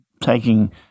taking